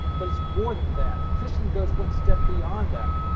but its more than that. christian goes one step beyond that.